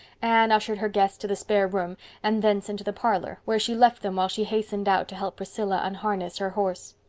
anne ushered her guests to the spare room and thence into the parlor, where she left them while she hastened out to help priscilla unharness her horse.